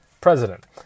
president